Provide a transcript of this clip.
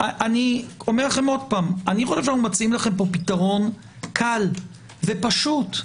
אנחנו מציעים לכם פתרון קל ופשוט.